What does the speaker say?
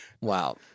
Wow